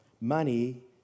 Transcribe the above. money